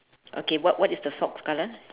okay what what is the socks colour